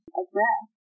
address